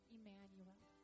Emmanuel